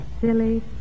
silly